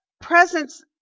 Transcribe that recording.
presence